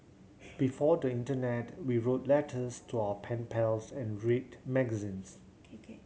before the Internet we wrote letters to our pen pals and read magazines